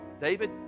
David